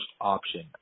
option